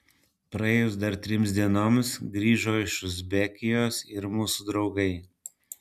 praėjus dar trims dienoms grįžo iš uzbekijos ir mūsų draugai